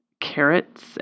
Carrots